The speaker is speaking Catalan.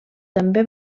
també